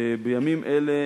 כאמור,